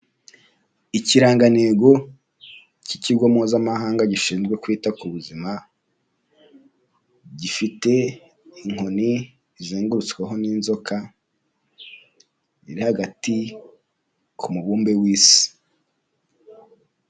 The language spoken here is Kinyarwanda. Ikirangantego cy'ikigo mpuzamahanga gishinzwe kwita ku buzima, gifite inkoni izengurutsweho n'inzoka iri hagati ku mubumbe w'isi.